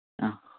ആ